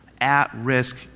at-risk